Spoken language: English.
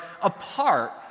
apart